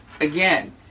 Again